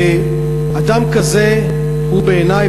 אדם כזה הוא בעיני,